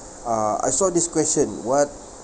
uh I saw this question what